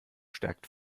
stärkt